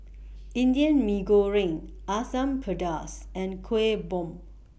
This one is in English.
Indian Mee Goreng Asam Pedas and Kueh Bom